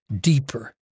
deeper